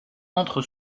entre